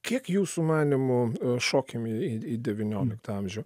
kiek jūsų manymu šokim į į į devynioliktą amžių